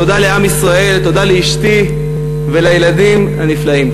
תודה לעם ישראל, תודה לאשתי ולילדים הנפלאים.